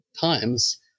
times